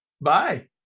Bye